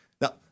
Now